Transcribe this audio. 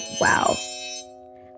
Wow